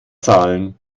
zahlen